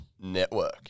network